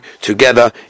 together